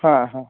हं हं